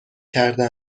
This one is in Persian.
کرده